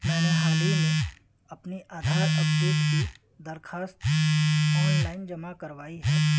میں نے حال ہی میں اپنی آدھار اپڈیٹ کی درخواست آن لائن جمع کروائی ہے